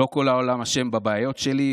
/ לא כל העולם אשם בבעיות שלי,